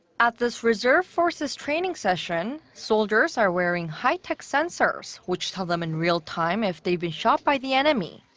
at this reserve forces training session, soldiers are wearing high-tech sensors which tell them in real time if they've been shot by the enemy.